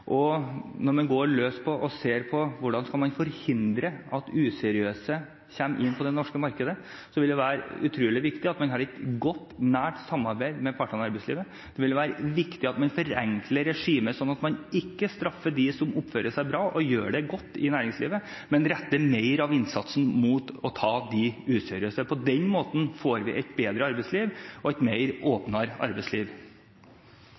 når man går løs på og ser på hvordan man skal forhindre at useriøse kommer inn på det norske markedet, at man har et godt og nært samarbeid med partene i arbeidslivet. Det vil være viktig at man forenkler regimet sånn at man ikke straffer dem som oppfører seg bra og gjør det godt i næringslivet, men retter mer av innsatsen mot å ta de useriøse. På den måten får vi et bedre arbeidsliv og et